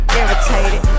irritated